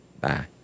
Bye